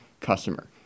customer